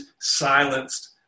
silenced